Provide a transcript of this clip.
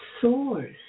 source